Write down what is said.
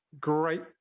great